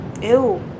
Ew